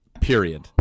Period